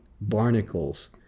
barnacles